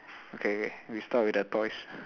okay K we start with the toys